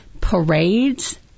parades